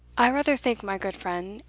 i rather think, my good friend,